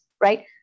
right